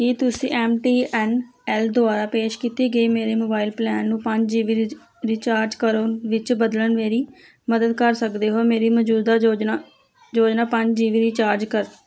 ਕੀ ਤੁਸੀਂ ਐਮਟੀਐਨਐਲ ਦੁਆਰਾ ਪੇਸ਼ ਕੀਤੇ ਗਏ ਮੇਰੇ ਮੋਬਾਈਲ ਪਲਾਨ ਨੂੰ ਪੰਜ ਜੀ ਬੀ ਰੀ ਰੀਚਾਰਜ ਕਰੋ ਵਿੱਚ ਬਦਲਣ ਮੇਰੀ ਮਦਦ ਕਰ ਸਕਦੇ ਹੋ ਮੇਰੀ ਮੌਜੂਦਾ ਯੋਜਨਾ ਯੋਜਨਾ ਪੰਜ ਜੀ ਬੀ ਰੀਚਾਰਜ ਕਰ